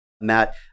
Matt